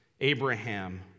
Abraham